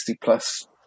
plus